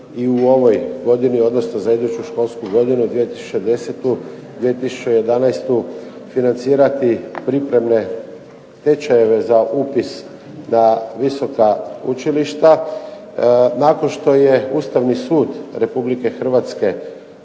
i u ovoj godini, odnosno za iduću školsku godinu 2010., 2011. financirati pripremne tečajeve za upis na visoka učilišta. Nakon što je Ustavni sud Republike Hrvatske